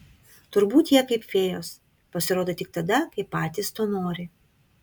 turbūt jie kaip fėjos pasirodo tik tada kai patys to nori